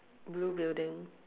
blue building